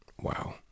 Wow